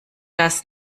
das